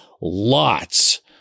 lots